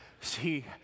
See